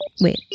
Wait